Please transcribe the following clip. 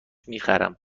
میخرم